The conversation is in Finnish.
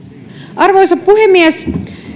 arvoisa puhemies